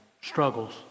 struggles